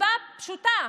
מסיבה פשוטה,